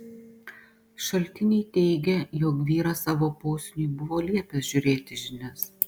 šaltiniai teigė jog vyras savo posūniui buvo liepęs žiūrėti žinias